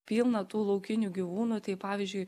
pilna tų laukinių gyvūnų tai pavyzdžiui